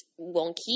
wonky